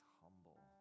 humble